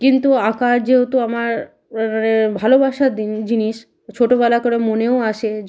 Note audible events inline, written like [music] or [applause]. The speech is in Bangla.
কিন্তু আঁকা যেহেতু আমার [unintelligible] ভালোবাসার দিন জিনিস ছোটোবেলা করে মনেও আসেনি